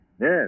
Yes